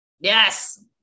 yes